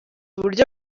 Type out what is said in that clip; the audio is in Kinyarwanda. uburyo